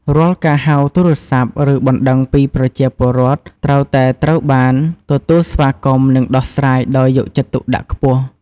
រាល់ការហៅទូរស័ព្ទ ឬបណ្តឹងពីប្រជាពលរដ្ឋ ត្រូវតែត្រូវបាន ទទួលស្វាគមន៍ និងដោះស្រាយដោយយកចិត្តទុកដាក់ខ្ពស់។